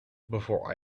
before